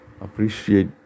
appreciate